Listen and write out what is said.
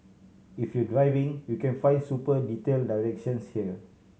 if you driving you can find super detail directions here